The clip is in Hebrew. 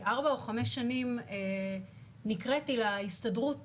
כארבע או חמש שנים נקראתי להסתדרות